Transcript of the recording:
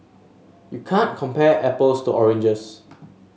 you can't compare apples to oranges